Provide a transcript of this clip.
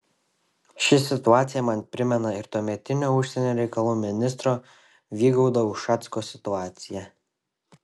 ši situacija man primena ir tuometinio užsienio reikalų ministro vygaudo ušacko situaciją